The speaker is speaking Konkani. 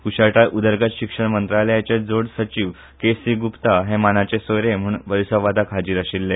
कुशळटाय उदरगत शिक्षण मंत्रालयाचे जोड सचीव केसी गुप्ता हे मानाचे सोयरे म्हणून हाजीर आशिल्ले